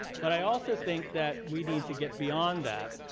but i also think that we need to get beyond that,